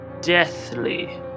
deathly